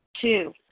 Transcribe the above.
Two